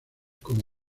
como